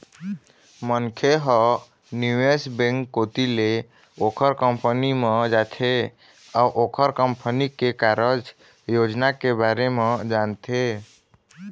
मनखे ह निवेश बेंक कोती ले ओखर कंपनी म जाथे अउ ओखर कंपनी के कारज योजना के बारे म जानथे